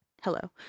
hello